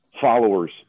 followers